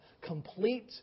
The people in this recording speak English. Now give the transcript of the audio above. complete